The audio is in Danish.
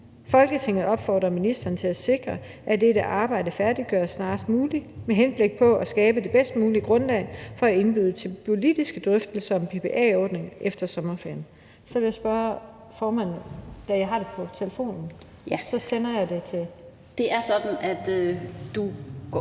Folketinget opfordrer ministeren til at sikre, at dette arbejde færdiggøres snarest muligt med henblik på at skabe det bedst mulige grundlag for at indbyde til politiske drøftelser om BPA-ordningen efter sommerferien.« (Forslag til vedtagelse nr. V 141). Jeg har det på telefonen. Jeg vil spørge formanden, om jeg